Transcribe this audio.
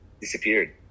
disappeared